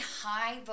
high